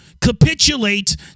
capitulate